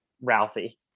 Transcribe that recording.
Ralphie